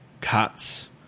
Cuts